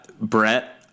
Brett